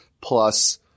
plus